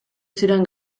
ziren